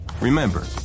Remember